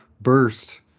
burst